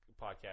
podcast